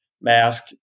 mask